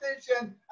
station